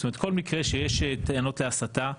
זאת אומרת, כל מקרה שיש טענות להסתה,